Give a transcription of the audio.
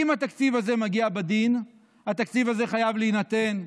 אם התקציב הזה מגיע בדין, התקציב הזה חייב להינתן.